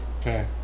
Okay